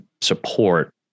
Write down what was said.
support